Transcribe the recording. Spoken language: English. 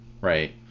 right